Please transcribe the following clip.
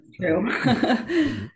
true